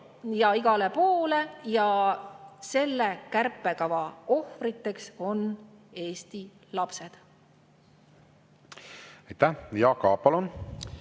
ja igale poole, ja selle kärpekava ohvriteks on Eesti lapsed. Aitäh! Jaak Aab, palun!